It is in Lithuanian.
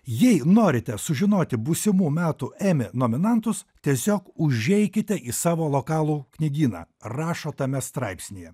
jei norite sužinoti būsimų metų emi nominantus tiesiog užeikite į savo lokalų knygyną rašo tame straipsnyje